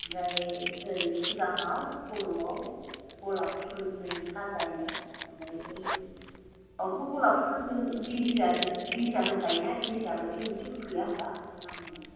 ओमफ्राय ओरै सिगाङाव खरआव गलाब पुलजों साजायनाय ओमफ्राय बै आवथ' गलाब पुलजों दिंखिया होफायो ना दिंखिया बायदि मोनसे पुल गैया होमबा आं